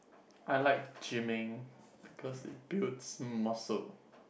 I like gymming because it builds muscle